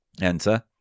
enter